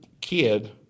kid